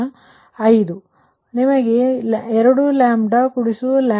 ಆದ್ದರಿಂದ ನಿಮಗೆ2λ 3 λ0